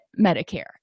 Medicare